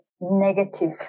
negative